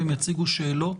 והם יציגו שאלות.